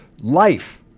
life